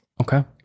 Okay